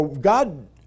God